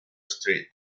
street